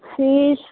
fees